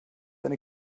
eine